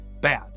bad